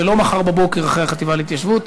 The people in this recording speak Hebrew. ולא מחר בבוקר אחרי החטיבה להתיישבות.